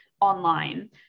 online